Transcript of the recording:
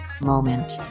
moment